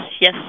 yes